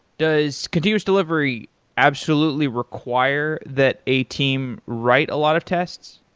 does continuous delivery absolutely require that a team write a lot of tests?